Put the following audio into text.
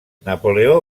napoleó